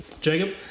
Jacob